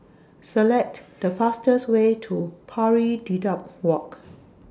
Select The fastest Way to Pari Dedap Walk